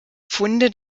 funde